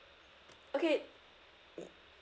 okay mm